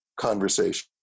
conversation